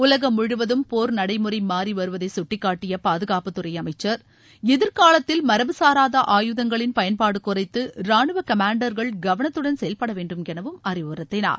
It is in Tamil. உலகம் முழுவதும் போர் நடைமுறை மாறி வருவதை சுட்டிக்காட்டிய பாதுகாப்புத்துறை அமைச்சர் எதிர்காலத்தில் மரபுசாராத ஆயுதங்களின் பயன்பாடு குறித்து ரானுவ கமாண்டர்கள் கவனத்துடன் செயல்பட வேண்டும் எனவும் அறிவுறுத்தினார்